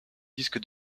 disque